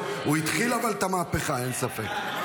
הוא התחיל את המהפכה, אין ספק.